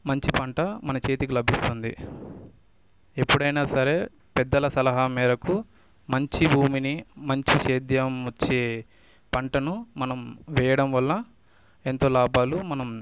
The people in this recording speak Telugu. మంచి పంట మన చేతికి లభిస్తుంది ఎప్పుడైనా సరే పెద్దల సలహా మేరకు మంచి భూమిని మంచి సేద్యం వచ్చే పంటను మనం వెయ్యడం వల్ల ఎంతో లాభాలు మనం